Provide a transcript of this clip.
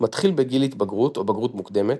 מתחיל בגיל התבגרות או בגרות מוקדמת,